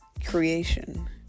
creation